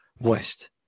West